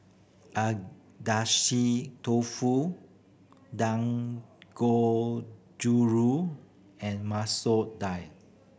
Dofu Dangozuru and Masoor Dal